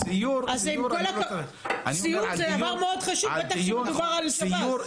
סיור זה דבר מאוד חשוב, בטח כשמדובר על שב"ס.